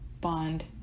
bond